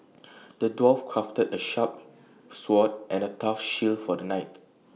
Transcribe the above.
the dwarf crafted A sharp sword and A tough shield for the knight